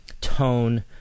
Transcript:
tone